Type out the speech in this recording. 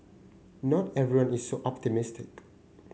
not everyone is so optimistic